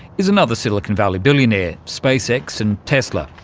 is another silicon valley billionaire space x and tesla.